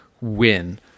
win